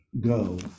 go